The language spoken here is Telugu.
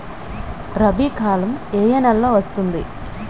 రబీ కాలం ఏ ఏ నెలలో వస్తుంది?